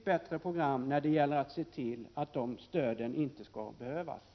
Det har framskymtat som ett alternativ från regeringens sida under den senaste skattedebatten.